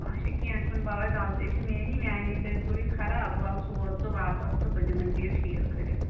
اَچھا کیٚنٛہہ چھُنہٕ پرواے غلطی چھِ میٛانی میٛانی دٔسۍ گوٚو یہِ خراب وَلہٕ سوز ژٕ واپس تہٕ بہٕ دِمے ژےٚ یہِ ٹھیٖک کٔرِتھ